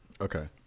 Okay